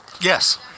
Yes